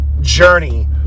journey